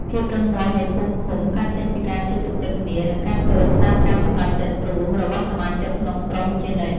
ភាពរឹងមាំនៃភូមិឃុំកើតចេញពីការជឿទុកចិត្តគ្នា និងការគោរពតាមការសម្រេចចិត្តរួមរបស់សមាជិកក្នុងក្រុមជានិច្ច។